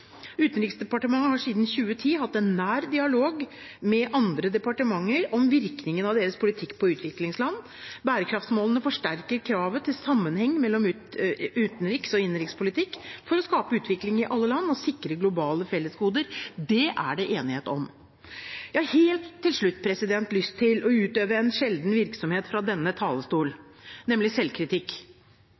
Utenriksdepartementet har siden 2010 hatt en nær dialog med andre departementer om virkningen av deres politikk på utviklingsland. Bærekraftsmålene forsterker kravet til sammenheng mellom utenriks- og innenrikspolitikk for å skape utvikling i alle land og sikre globale fellesgoder. Det er det enighet om. Jeg har helt til slutt lyst til å utøve en sjelden virksomhet fra denne talerstol, nemlig selvkritikk.